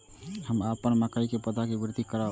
हम अपन मकई के पौधा के वृद्धि करब?